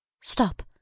Stop